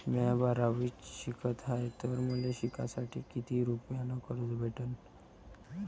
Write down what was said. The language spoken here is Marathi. म्या बारावीत शिकत हाय तर मले शिकासाठी किती रुपयान कर्ज भेटन?